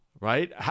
right